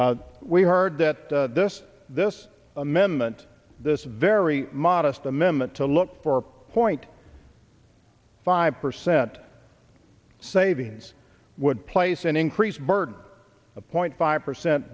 we heard that this this amendment this very modest amendment to look for point five percent savings would place an increase burd a point five percent